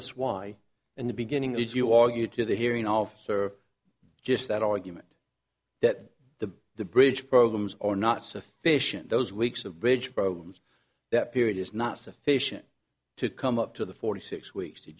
t y and the beginning if you argued to the hearing officer just that argument that the the bridge programs are not sufficient those weeks of bridge programs that period is not sufficient to come up to the forty six weeks